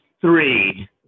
three